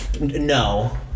no